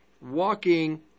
walking